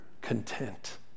content